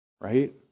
right